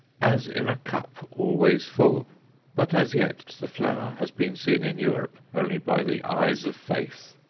as in a cup always full but as yet the flower has been seen in europe only by the eyes of faith.